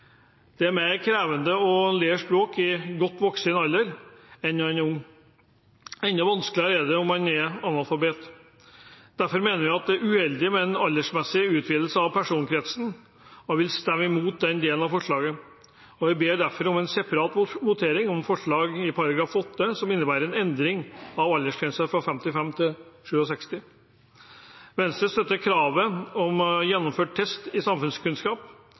Det er mer krevende å lære språk i godt voksen alder enn når en er ung. Enda vanskeligere er det om man er analfabet. Derfor mener vi det er uheldig med en aldersmessig utvidelse av personkretsen, og vil stemme imot den delen av forslaget. Vi ber derfor om separat votering over forslag til § 8, som innebærer en endring av aldersgrensen fra 55 til 67. Venstre støtter kravet om å gjennomføre test i samfunnskunnskap.